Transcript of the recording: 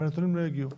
ונתונים לא הגיעו.